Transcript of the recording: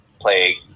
play